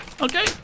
okay